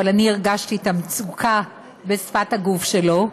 אבל אני הרגשתי את המצוקה בשפת הגוף שלו.